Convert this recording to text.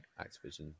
Activision